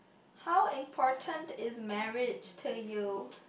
how important is marriage to you